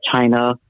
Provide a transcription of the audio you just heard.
China